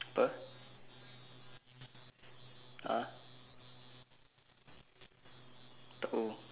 apa ah tahu